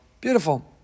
Beautiful